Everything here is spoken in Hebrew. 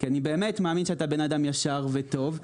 כי אני באמת מאמין שאתה בן אדם ישר וטוב,